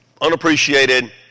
unappreciated